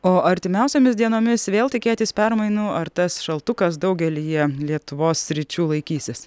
o artimiausiomis dienomis vėl tikėtis permainų ar tas šaltukas daugelyje lietuvos sričių laikysis